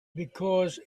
because